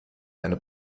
eine